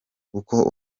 uko